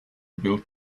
build